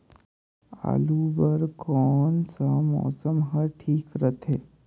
आलू बार कौन सा मौसम ह ठीक रथे?